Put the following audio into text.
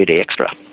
extra